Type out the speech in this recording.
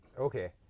Okay